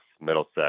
Middlesex